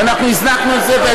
ואנחנו הזנחנו את זה,